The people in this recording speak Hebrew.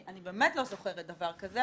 אני באמת לא זוכרת דבר כזה.